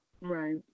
Right